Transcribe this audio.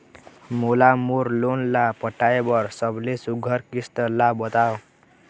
मोला मोर लोन ला पटाए बर सबले सुघ्घर किस्त ला बताव?